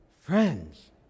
friends